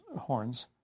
horns